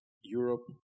Europe